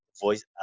voice